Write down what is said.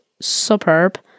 superb